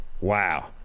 wow